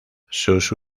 sus